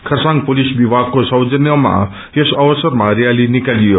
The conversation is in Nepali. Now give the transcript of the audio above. खरसाङ पुलिस विभागको सौजन्यमा यस अवसरमा रयाली निकालियो